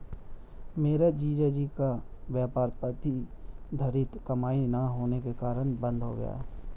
मेरे जीजा जी का व्यापार प्रतिधरित कमाई ना होने के कारण बंद हो गया